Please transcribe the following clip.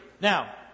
Now